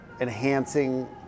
enhancing